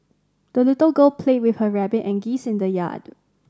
the little girl played with her rabbit and geese in the yard